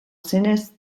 zenez